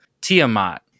Tiamat